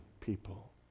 people